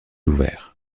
ouvert